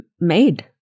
made